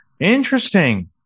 Interesting